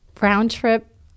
Round-trip